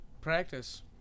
practice